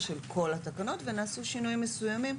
ונעשו שינויים מסוימים,